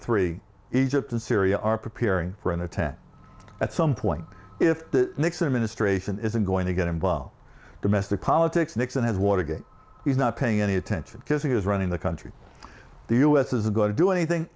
three egypt and syria are preparing for an attack at some point if the nixon administration isn't going to get involved domestic politics nixon has watergate he's not paying any attention because he is running the country the u s isn't going to do anything